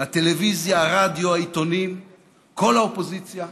הטלוויזיה, הרדיו, העיתונים, כל האופוזיציה,